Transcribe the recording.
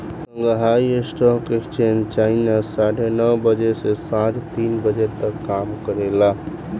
Shanghai stock exchange China साढ़े नौ बजे से सांझ तीन बजे तक काम करेला